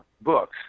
books